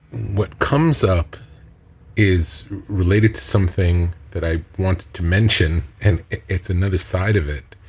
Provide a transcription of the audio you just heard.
what comes up is related to something that i want to mention and it's another side of it